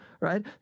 right